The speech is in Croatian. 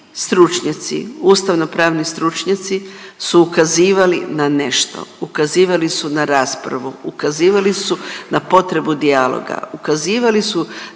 stručnjaci, ustavnopravni stručnjaci su ukazivali na nešto. Ukazivali su na raspravu. Ukazivali su na potrebu dijaloga. Ukazivali su na